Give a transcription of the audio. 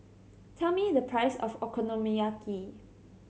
tell me the price of Okonomiyaki